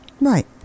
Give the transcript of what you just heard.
right